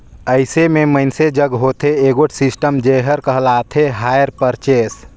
अइसे में मइनसे जग होथे एगोट सिस्टम जेहर कहलाथे हायर परचेस